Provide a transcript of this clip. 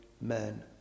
men